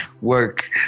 work